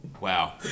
Wow